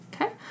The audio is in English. Okay